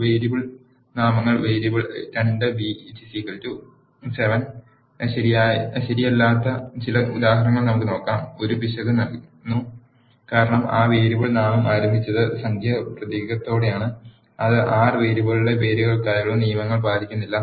variable നാമങ്ങൾ variable 2b 7 ശരിയല്ലാത്ത ചില ഉദാഹരണങ്ങൾ നമുക്ക് നോക്കാം ഒരു പിശക് നൽകുന്നു കാരണം ആ വേരിയബിൾ നാമം ആരംഭിച്ചത് സംഖ്യാ പ്രതീകത്തോടെയാണ് അത് ആർ വേരിയബിളുകളുടെ പേരുകൾക്കായുള്ള നിയമങ്ങൾ പാലിക്കുന്നില്ല